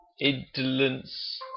indolence